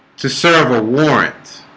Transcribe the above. to serve a warrant